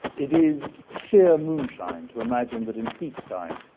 it is sheer moonshine to imagine that in peacetime,